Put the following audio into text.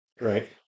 right